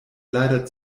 leider